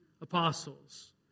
apostles